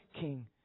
king